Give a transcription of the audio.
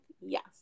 yes